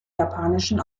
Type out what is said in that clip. japanischen